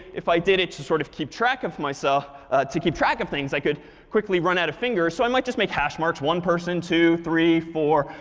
if i did it to sort of keep track of myself to keep track of things i could quickly run out of fingers. so i might just make hash marks one person, two, three, four,